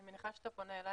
אני מניחה שאתה פונה אלי,